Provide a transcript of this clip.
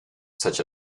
such